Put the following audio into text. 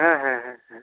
হুম হুঁ হুম হু